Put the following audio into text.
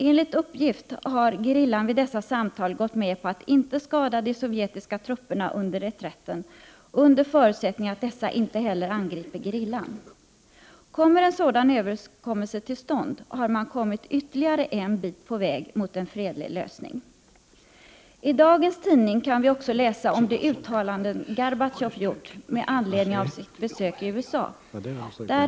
Enligt uppgift har gerillan vid dessa samtal gått med på att inte skada de sovjetiska trupperna under 129 reträtten, men då under förutsättning att dessa inte heller angriper gerillan. Om en sådan överenskommelse kommer till stånd, har man kommit ytterligare en bit på vägen mot en fredlig lösning. I dag kan vi läsa i tidningen om det uttalande som Gorbatjov har gjort med anledning av sitt besök i USA.